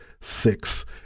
six